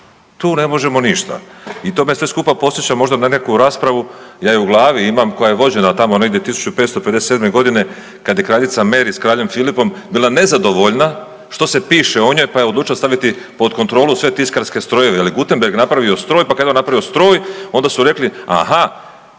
tu ne možemo ništa. I to me sve skupa podsjeća možda na neku raspravu, ja ju u glavi imam, koja je vođena tamo negdje 1557.g., kad je kraljica Meri s kraljem Filipom bila nezadovoljna što se piše o njoj, pa je odlučila staviti pod kontrolu sve tiskarske strojeve. Je li Gutenberg napravio stroj, pa kad je on napravio stroj onda su rekli aha,